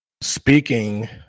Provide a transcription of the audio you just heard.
Speaking